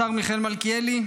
השר מיכאל מלכיאלי,